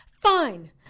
Fine